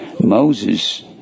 Moses